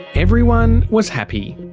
everyone was happy.